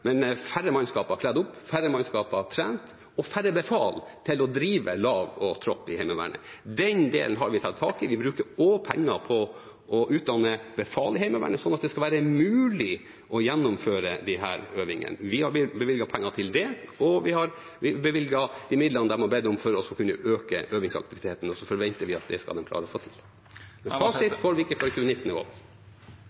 men færre mannskaper kledd opp, færre mannskaper trent, og færre befal til å drive lag og tropp i Heimevernet. Den delen har vi tatt tak i. Vi bruker også penger på å utdanne befal i Heimevernet slik at det skal være mulig å gjennomføre disse øvingene. Vi har bevilget penger til det, og vi har bevilget de midlene de har bedt om for å kunne øke øvingsaktiviteten – og så forventer vi at det skal de klare å få til. Fasit